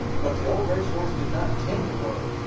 but the old race horse did not intend to whoa,